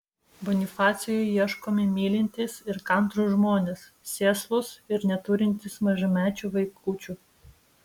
bonifacijui ieškomi mylintys ir kantrūs žmonės sėslūs ir neturintys mažamečių vaikučių